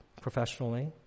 professionally